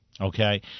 Okay